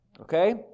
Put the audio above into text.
okay